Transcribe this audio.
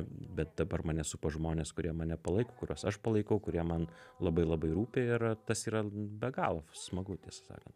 bet dabar mane supa žmonės kurie mane palaiko kuriuos aš palaikau kurie man labai labai rūpi ir tas yra be galo smagu tiesą sakant